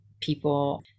people